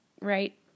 Right